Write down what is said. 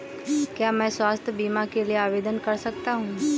क्या मैं स्वास्थ्य बीमा के लिए आवेदन कर सकता हूँ?